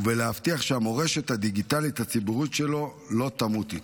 ולהבטיח שהמורשת הדיגיטלית הציבורית שלו לא תמות איתו.